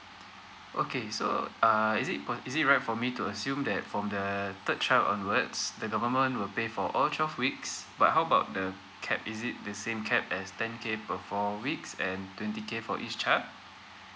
okay so uh is it possi~ is it right for me to assume that from the third child onwards the government will pay for all twelve weeks but how about the cap is it the same cap as ten K per four weeks and twenty K for each child